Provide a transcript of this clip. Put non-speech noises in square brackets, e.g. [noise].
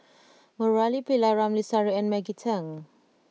[noise] Murali Pillai Ramli Sarip and Maggie Teng